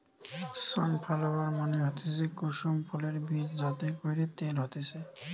sunflower মানে হতিছে কুসুম ফুলের বীজ যাতে কইরে তেল হতিছে